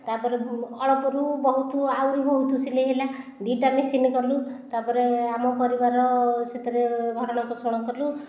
ତାପରେ ମୁଁ ଅଳ୍ପରୁ ବହୁତ ଆହୁରି ବହୁତ ସିଲେଇ ହେଲା ଦୁଇ ଟା ମେସିନ୍ କଲୁ ତାପରେ ଆମ ପରିବାର ସେଥିରେ ଭରଣ ପୋଷଣ କଲୁ